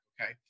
Okay